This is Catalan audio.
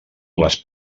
les